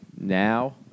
now